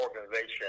organization